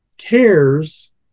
cares